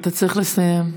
אתה צריך לסיים.